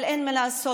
אבל אין מה לעשות,